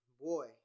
Boy